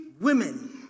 women